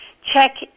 check